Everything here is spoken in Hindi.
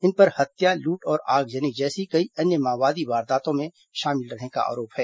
इन पर हत्या लूट और आगजनी जैसी कई अन्य माओवादी वारदातों में शामिल रहने का आरोप है